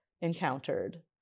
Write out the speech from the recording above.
encountered